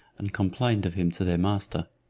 and complained of him to their master.